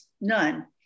none